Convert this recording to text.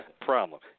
problem